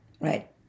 Right